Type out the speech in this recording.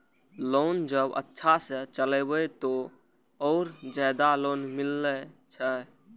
Loan जब अच्छा से चलेबे तो और ज्यादा लोन मिले छै?